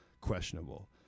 questionable